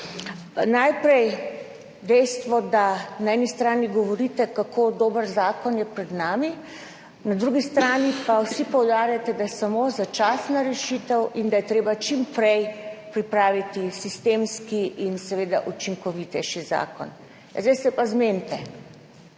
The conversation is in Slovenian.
Najprej dejstvo, da na eni strani govorite, kako dober zakon je pred nami, na drugi strani pa vsi poudarjate, da je samo začasna rešitev in da je treba čim prej pripraviti sistemski in seveda učinkovitejši zakon. Ja, zdaj se pa zmenite.